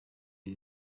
ibi